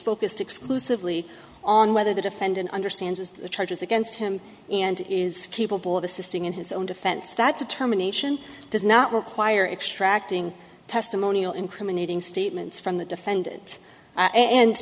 focused exclusively on whether the defendant understands the charges against him and is capable of assisting in his own defense that determination does not require extracting testimonial incriminating statements from the defendant and